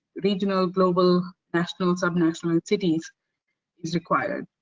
regional, global, national, subnational, cities is required.